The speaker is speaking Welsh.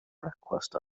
brecwast